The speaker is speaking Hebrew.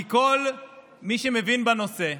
כי כל מי שמבין בנושא,